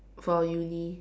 for our uni